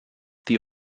the